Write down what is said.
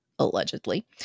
allegedly